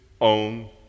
own